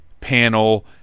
panel